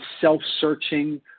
self-searching